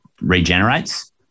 regenerates